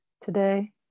today